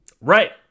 Right